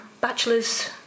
bachelor's